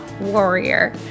warrior